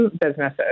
businesses